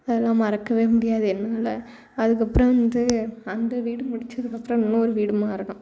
அதெல்லாம் மறக்க முடியாது என்னால் அதுக்கப்புறம் வந்து அந்த வீடு முடிச்சதுக்கப்புறம் இன்னொரு வீடு மாறினோம்